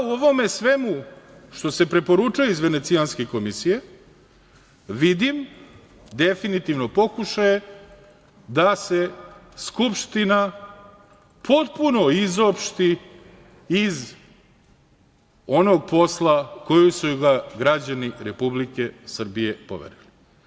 U ovome svemu što ste preporučuje iz Venecijanske komisije vidim definitivno pokušaje da se Skupština potpuno izopšti iz onog posla koji su joj građani Republike Srbije poverili.